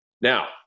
Now